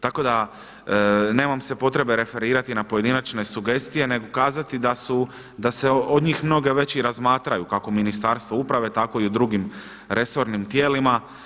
Tako da nemam se potrebe referirati na pojedinačne sugestije, nego kazati da se od njih mnoge već i razmatraju kako u Ministarstvu uprave, tako i u drugim resornim tijelima.